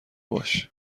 باش